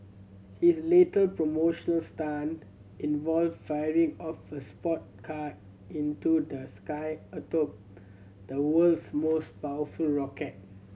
his later promotional stunt involved firing off a sport car into the sky atop the world's most powerful rocket